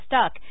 stuck